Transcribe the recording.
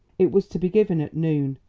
it was to be given at noon,